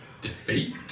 defeat